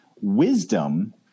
Wisdom